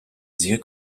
sehr